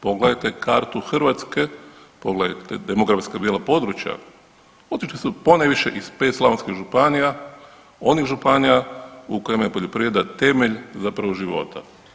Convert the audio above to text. Pogledajte kartu Hrvatske, pogledajte demografska bijela područja, otišli su ponajviše iz 5 slavonskih županija, onih županija u kojima je poljoprivreda temelj zapravo života.